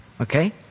Okay